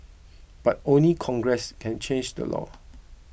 but only Congress can change the law